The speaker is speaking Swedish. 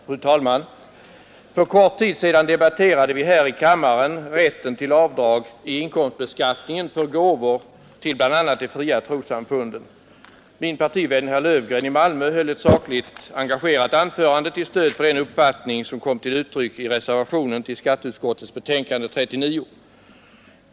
Fru talman! För kort tid sedan debatterade vi här i kammaren rätten till avdrag i inkomstbeskattningen för gåvor till bl.a. de fria trossamfun den. Min partivän herr Löfgren från Malmö höll ett sakligt och engagerat anförande till stöd för den uppfattning som kom till uttryck i reservationen till skatteutskottets betänkande nr 34.